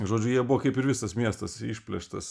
žodžiu jie buvo kaip ir visas miestas išplėštas